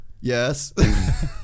yes